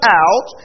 out